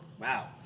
Wow